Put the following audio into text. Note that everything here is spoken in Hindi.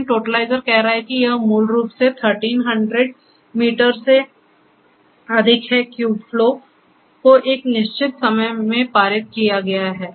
लेकिन टोटलाइज़र कह रहा है कि यह मूल रूप से 1300 मीटर से अधिक है क्यूब फ्लो को एक निश्चित समय में पारित किया गया है